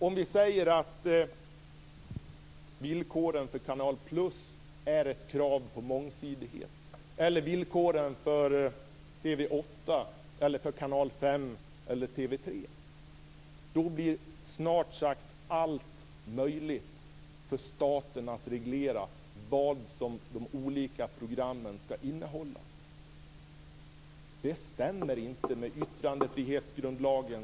Vi kan säga att villkoren för Canal +, TV 8, Kanal 5 eller TV 3 är krav på mångsidighet. Då blir det snart möjligt för staten att reglera vad alla de olika programmen skall innehålla. Det stämmer inte med kraven i yttrandefrihetsgrundlagen.